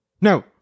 no